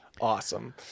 awesome